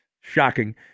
Shocking